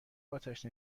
آتش